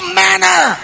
manner